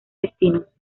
destinos